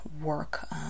work